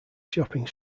shopping